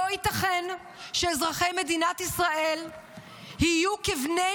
לא ייתכן שאזרחי מדינת ישראל יהיו כבני